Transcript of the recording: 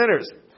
sinners